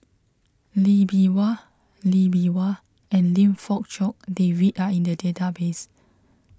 Lee Bee Wah Lee Bee Wah and Lim Fong Jock David are in the database